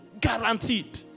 guaranteed